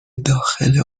داخل